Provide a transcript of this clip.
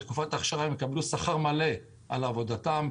בתקופת ההכשרה הם יקבלו שכר מלא על עבודתם,